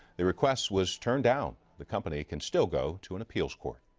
the request was turned down. the company can still go to an appeals court.